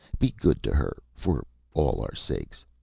be good to her, for all our sakes!